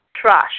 trash